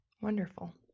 Wonderful